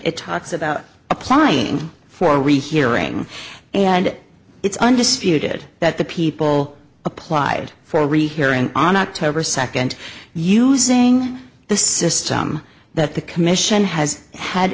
it talks about applying for a rehearing and it's undisputed that the people applied for a rehearing on october second using the system that the commission has had